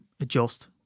adjust